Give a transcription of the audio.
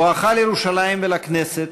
בואך לירושלים ולכנסת,